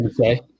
Okay